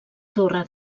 torre